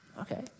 okay